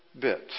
bit